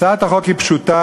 הצעת החוק היא פשוטה,